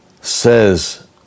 says